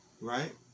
right